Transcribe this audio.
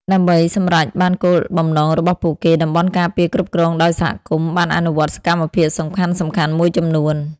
ដើម្បីសម្រេចបានគោលបំណងរបស់ពួកគេ តំបន់ការពារគ្រប់គ្រងដោយសហគមន៍ បានអនុវត្តសកម្មភាពសំខាន់ៗមួយចំនួន។